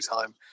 time